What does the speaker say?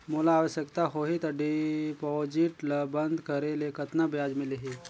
मोला आवश्यकता होही त डिपॉजिट ल बंद करे ले कतना ब्याज मिलही?